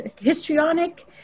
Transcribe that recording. histrionic